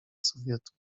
sowietów